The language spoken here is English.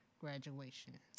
graduation